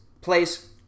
place